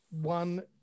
one